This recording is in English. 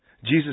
Jesus